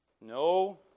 No